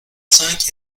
cinq